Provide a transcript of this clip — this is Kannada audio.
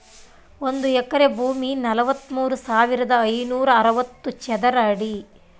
ಒಂದು ಎಕರೆ ಭೂಮಿ ನಲವತ್ಮೂರು ಸಾವಿರದ ಐನೂರ ಅರವತ್ತು ಚದರ ಅಡಿ